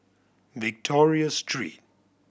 Victoria Street